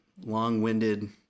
long-winded